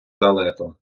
далеко